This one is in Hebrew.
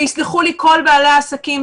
ויסלחו לי כל בעלי העסקים,